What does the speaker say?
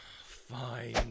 Fine